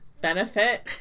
benefit